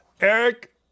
Eric